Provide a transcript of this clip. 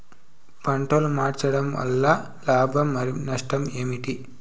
పంటలు మార్చడం వలన లాభం మరియు నష్టం ఏంటి